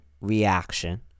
reaction